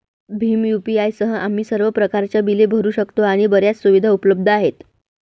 Bhim UPI सह, आम्ही सर्व प्रकारच्या बिले भरू शकतो आणि बर्याच सुविधा उपलब्ध आहेत